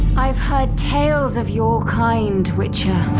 i've heard tales of your kind witcher.